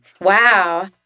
Wow